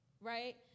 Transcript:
right